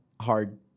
hard